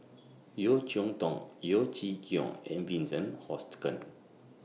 Yeo Cheow Tong Yeo Chee Kiong and Vincent Hoisington